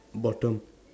bottom